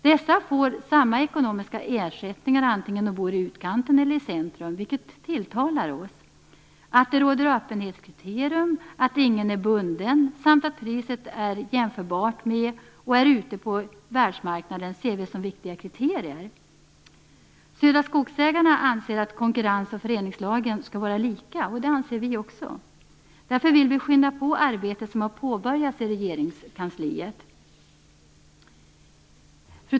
Dessa får samma ekonomiska ersättningar antingen om de bor i utkanten eller om de bor i centrum, vilket tilltalar oss. Det råder ett öppenhetskriterium; ingen är bunden och priset är jämförbart med världsmarknaden. Det ser vi som viktiga kriterier. Södra Skogsägarna anser att konkurrenslagen och föreningslagen skall vara lika, och det anser vi också. Därför vill vi skynda på det arbete som har påbörjats i Fru talman!